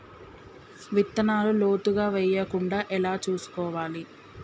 విత్తనాలు లోతుగా వెయ్యకుండా ఎలా చూసుకోవాలి?